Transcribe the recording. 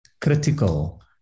critical